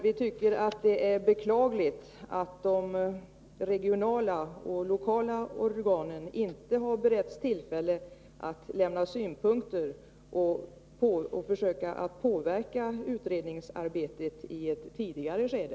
Vi tycker att det är beklagligt att de regionala och lokala organen inte har beretts tillfälle att lämna synpunkter och påverka utredningsarbetet i ett tidigare skede.